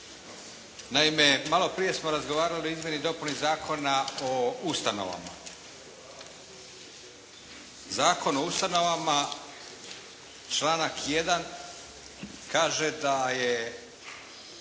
Naime, malo prije smo razgovarali o izmjeni i dopuni Zakona o ustanovama. Zakon o ustanovama članak 1. kaže da je